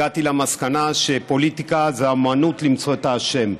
הגעתי למסקנה שפוליטיקה זה האומנות למצוא את האשם.